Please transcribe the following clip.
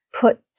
put